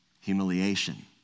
humiliation